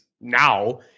now